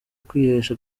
kwihesha